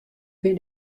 bin